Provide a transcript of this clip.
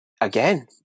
again